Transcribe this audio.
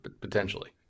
potentially